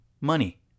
money